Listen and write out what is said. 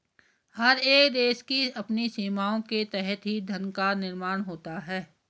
हर एक देश की अपनी सीमाओं के तहत ही धन का निर्माण होता है